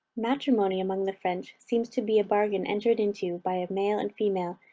matrimony among the french, seems to be a bargain entered into by a male and female,